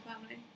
family